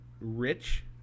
Rich